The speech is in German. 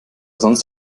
sonst